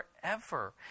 forever